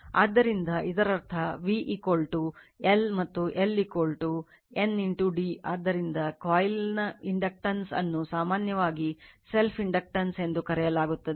ಆದ್ದರಿಂದ ಇದರರ್ಥ v L ಮತ್ತು L N d ಆದ್ದರಿಂದ coil ಇಂಡಕ್ಟನ್ಸ್ ಎಂದು ಕರೆಯಲಾಗುತ್ತದೆ